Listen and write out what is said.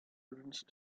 riddance